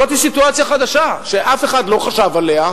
זאת סיטואציה חדשה, שאף אחד לא חשב עליה,